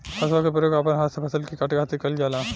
हसुआ के प्रयोग अपना हाथ से फसल के काटे खातिर कईल जाला